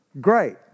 great